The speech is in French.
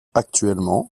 actuellement